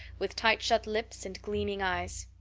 with tight-shut lips and gleaming eyes.